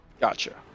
Gotcha